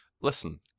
Listen